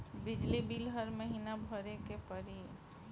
बिजली बिल हर महीना भरे के पड़ी?